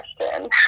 question